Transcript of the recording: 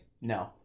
no